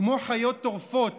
כמו חיות טורפות